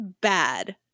bad